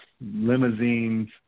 limousines